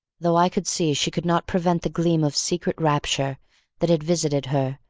though i could see she could not prevent the gleam of secret rapture that had visited her,